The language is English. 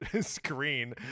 screen